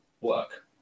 work